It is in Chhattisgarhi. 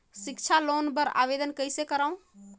सिक्छा लोन बर आवेदन कइसे करव?